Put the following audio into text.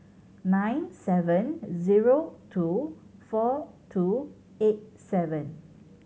nine seven zero two four two eight seven